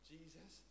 Jesus